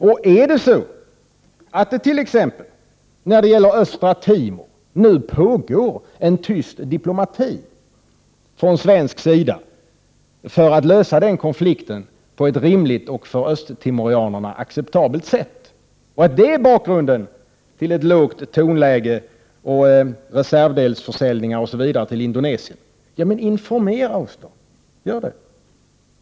Om det t.ex. när det gäller östra Timor nu pågår en tyst diplomati från svensk sida för att lösa den konflikten på ett rimligt och för östtimorianerna acceptabelt sätt och att det är bakgrunden till ett lågt tonläge, reservdelsförsäljningar osv. till Indonesien, så informera oss! Gör det!